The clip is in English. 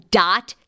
dot